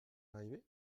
arrivé